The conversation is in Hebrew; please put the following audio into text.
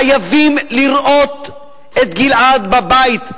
חייבים לראות את גלעד בבית,